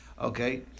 Okay